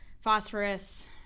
phosphorus